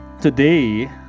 today